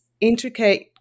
intricate